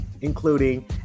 including